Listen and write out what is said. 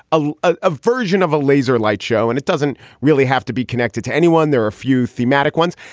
ah ah a version of a laser light show. and it doesn't really have to be connected to anyone. there are few thematic ones.